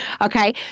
Okay